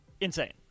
Insane